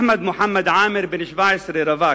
אחמד מוחמד עאמר, בן 17, רווק,